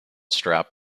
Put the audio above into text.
strap